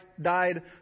died